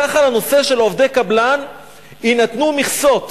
כך לנושא של עובדי קבלן יינתנו מכסות